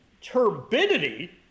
turbidity